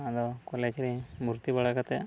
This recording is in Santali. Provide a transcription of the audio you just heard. ᱟᱫᱚ ᱠᱚᱞᱮᱡᱽ ᱨᱮ ᱵᱷᱚᱨᱛᱤ ᱵᱟᱲᱟ ᱠᱟᱛᱮᱫ